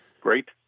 Great